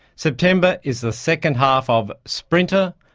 september is the second half of sprinter,